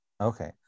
Okay